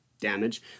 damage